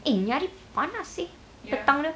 eh ini hari panas seh